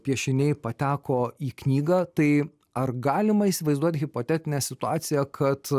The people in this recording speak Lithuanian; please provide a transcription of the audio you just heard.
piešiniai pateko į knygą tai ar galima įsivaizduot hipotetinę situaciją kad